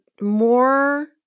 more